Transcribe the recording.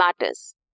matters